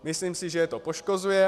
Myslím si, že je to poškozuje.